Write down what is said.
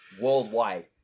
worldwide